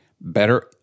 better